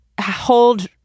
hold